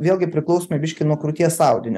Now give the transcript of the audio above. vėlgi priklauso nu biškį nuo krūties audinio